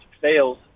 fails